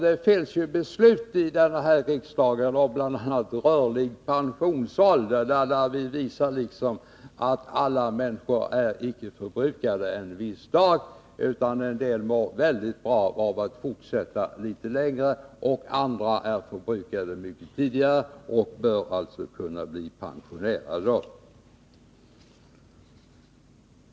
Det finns ju bl.a. riksdagsbeslut om rörlig pensionsålder, där vi visar att alla människor icke är förbrukade en viss dag, utan att en del mår bra av att fortsätta arbete litet längre, medan andra är förbrukade litet tidigare och alltså då bör kunna bli pensionerade.